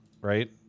right